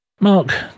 mark